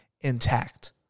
intact